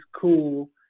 cool